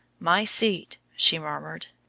my seat, she murmured,